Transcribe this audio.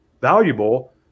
valuable